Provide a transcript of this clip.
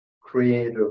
creative